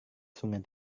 sungai